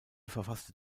verfasste